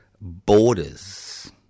borders